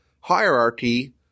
hierarchy